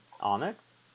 Onyx